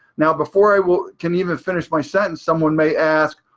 now, before i will can even finish my sentence, someone may ask,